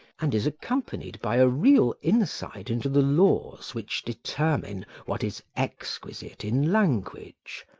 and is accompanied by a real insight into the laws which determine what is exquisite in language,